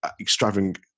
extravagant